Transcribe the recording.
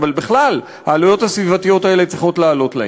אבל בכלל העלויות הסביבתיות האלה צריכות לעלות להם.